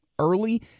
early